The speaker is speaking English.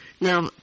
Now